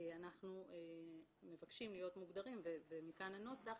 אנחנו מבקשים להיות מוגדרים, ומכאן הנוסח,